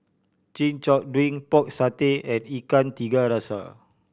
Chin Chow drink Pork Satay and Ikan Tiga Rasa